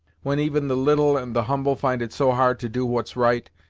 when even the little and the humble find it so hard to do what's right,